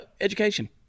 education